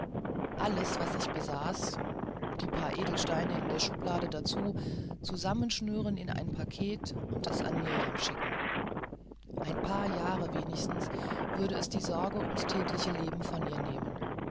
alles was ich besaß die paar edelsteine in der schublade dazu zusammenschnüren in ein paket und es mirjam schicken ein paar jahre wenigstens würde es die sorge ums tägliche leben von ihr nehmen